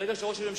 ברגע שהוא ישוב,